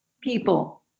people